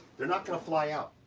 they're not gonna fly out.